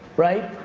right.